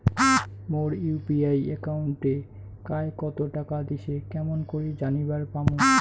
মোর UPI একাউন্টে কায় কতো টাকা দিসে কেমন করে জানিবার পামু?